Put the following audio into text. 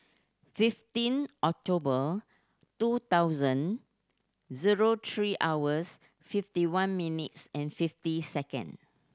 fifteen October two thousand zero three hours fifty one minutes and fifty second